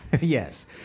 Yes